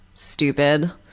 stupid.